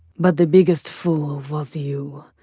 but the biggest fool was you,